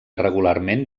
regularment